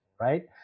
right